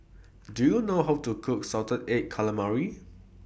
Do YOU know How to Cook Salted Egg Calamari